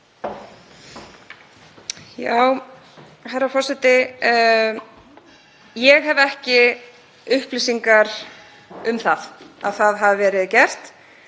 Herra forseti. Ég hef ekki upplýsingar um að það hafi verið gert